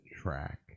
track